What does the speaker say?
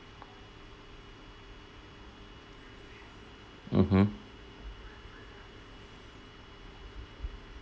mmhmm